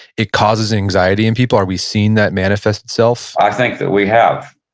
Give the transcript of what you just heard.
it causes anxiety in people? are we seeing that manifest itself? i think that we have.